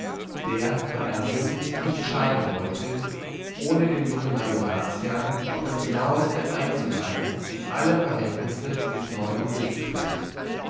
der von r sitten nicht scheiden wollte ohne den jungen majoratsherrn auf das genaueste einzuweihen in alle verhältnisse des neuen besitztums